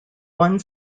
one